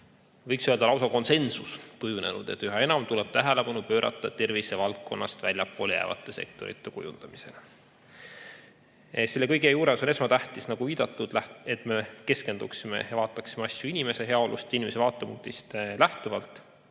võiks öelda, lausa konsensus kujunenud, et üha enam tuleb tähelepanu pöörata tervisevaldkonnast väljapoole jäävate sektorite kujundamisele. Selle kõige juures on esmatähtis, et me keskenduksime ja vaataksime asju inimese heaolust, inimese vaatepunktist lähtuvalt.